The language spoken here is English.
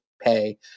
pay